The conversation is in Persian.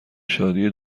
شادی